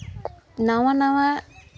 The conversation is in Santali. ᱱᱟᱣᱟ ᱱᱟᱣᱟ